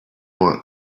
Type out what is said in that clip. want